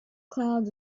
clouds